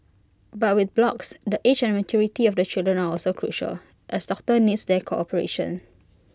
but with blocks the age and maturity of the children are also crucial as doctor needs their cooperation